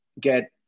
get